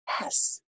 yes